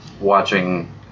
watching